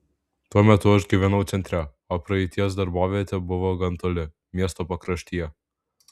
tuo metu aš gyvenau centre o praeities darbovietė buvo gan toli miesto pakraštyje